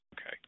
Okay